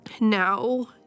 Now